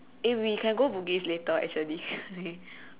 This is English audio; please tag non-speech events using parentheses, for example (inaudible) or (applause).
eh we can go Bugis later actually (laughs)